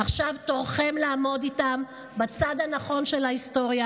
עכשיו תורכם לעמוד איתם בצד הנכון של ההיסטוריה